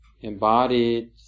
embodied